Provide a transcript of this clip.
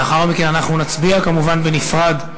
לאחר מכן אנחנו נצביע, כמובן בנפרד,